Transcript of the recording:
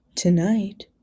Tonight